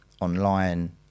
online